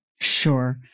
Sure